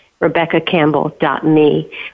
RebeccaCampbell.me